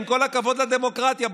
עם כל הכבוד לדמוקרטיה,